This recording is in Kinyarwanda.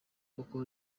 uko